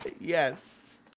Yes